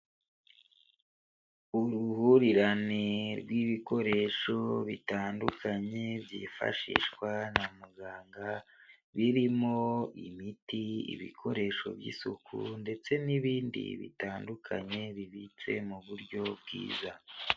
Uruhurirane rw'ibikoresho bitandukanye byifashishwa na muganga birimo: imiti ,ibikoresho by'isuku ndetse n'ibindi bitandukanye bibitse mu buryo bwiza.